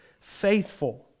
Faithful